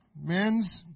men's